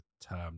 term